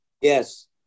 Yes